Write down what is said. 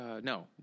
no